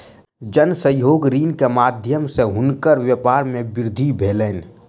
जन सहयोग ऋण के माध्यम सॅ हुनकर व्यापार मे वृद्धि भेलैन